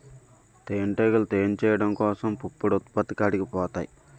తేనిటీగలు తేనె చేయడం కోసం పుప్పొడి ఉత్పత్తి కాడికి పోతాయి